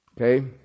Okay